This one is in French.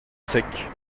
sec